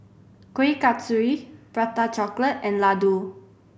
Kuih Kasturi Prata Chocolate and laddu